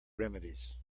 remedies